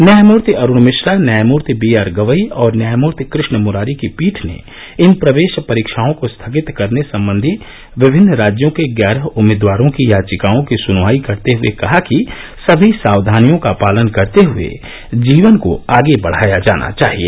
न्यायमूर्ति अरूण मिश्रा न्यायमूर्ति B R Gavai और न्यायमूर्ति कृष्ण मूरारी की पीठ ने इन प्रवेश परीक्षाओं को स्थगित करने संबंधी विभिन्न राज्यों के ग्यारह उम्मीदवारों की याचिकाओं की सुनवाई करते हए कहा कि सभी सावधानियों का पालन करते हए जीवन को आगे बढाया जाना चाहिए